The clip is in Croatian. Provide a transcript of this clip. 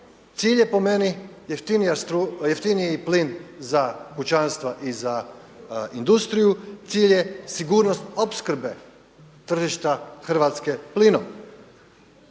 Cilj je po meni jeftiniji plin za kućanstva i za industriju, cilj je sigurnost opskrbe tržišta Hrvatske plinom.